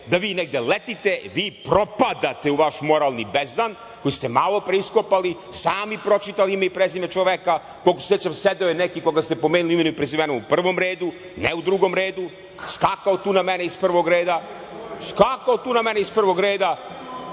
da vi negde letite, jer vi propadate u vaš moralni bezdan koji ste malopre iskopali, sami pročitali ime i prezime čoveka, koliko se sećam sedeo je neki koga ste pomenuli imenom i prezimenom u prvom redu, ne u drugom redu, a skakao tu na mene iz prvog reda, tu gde vi sedite,